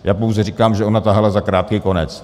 Já pouze říkám, že ona tahala za krátký konec.